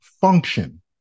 function